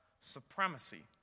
supremacy